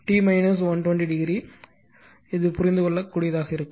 t 120 o புரிந்து கொள்ளக் கூடியதாக இருக்கும்